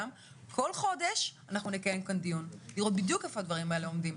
כל חודש אנחנו נקיים כאן דיון לראות בדיוק איפה הדברים האלה עומדים.